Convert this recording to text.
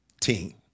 team